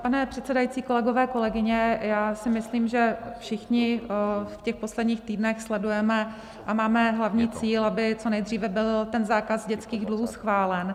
Pane předsedající, kolegové, kolegyně, já si myslím, že všichni v těch posledních týdnech sledujeme a máme hlavní cíl, aby co nejdříve byl ten zákaz dětských dluhů schválen.